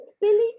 Billy